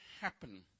happen